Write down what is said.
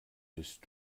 bist